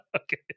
Okay